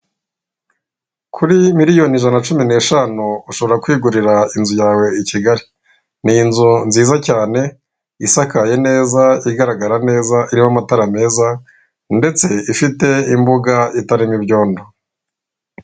Kuri miliyoni ijana na cumi n'eshanu ushobora kwigurira inzu yawe i Kigali ni inzu nziza cyane isakaye neza, igaragara neza iriho amatara meza ndetse ifite imbuga itarimo ibyondo.